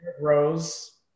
Rose